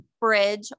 bridge